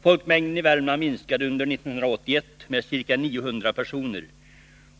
Folkmängden i Värmland minskade under 1981 med ca 900 personer.